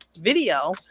video